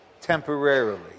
temporarily